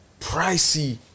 pricey